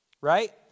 right